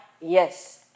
Yes